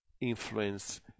influence